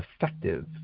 effective